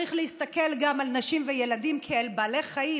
צריך להסתכל גם על נשים וילדים כעל בעלי חיים,